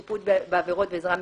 שיפוט בעבירות ועזרה משפטית)